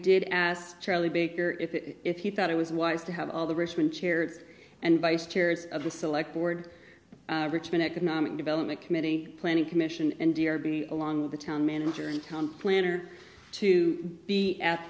did ask charlie baker if if he thought it was wise to have all the richmond chairs and vice chair of the select board richmond economic development committee planning commission and dear be along with the town manager in town planner to be at